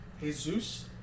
Jesus